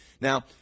Now